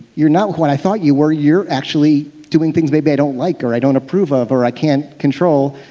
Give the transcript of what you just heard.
you're not what i thought you were. you're actually doing things maybe i don't like or i don't approve of or i can't control,